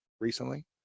recently